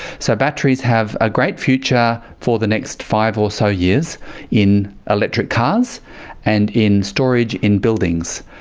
so batteries have a great future for the next five or so years in electric cars and in storage in buildings.